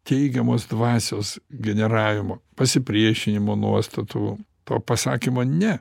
teigiamos dvasios generavimo pasipriešinimo nuostatų to pasakymo ne